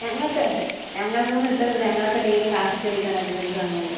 ഞങ്ങൾക്ക് ഞങ്ങൾക്കൊന്നും ഇട്ടു തന്നിട്ടില്ല ഞങ്ങളൊക്കെ ഡെയ്ലി ക്ലാസ്സിൽ കയറിയിട്ടാണ് അറ്റന്റൻസ് വാങ്ങണത്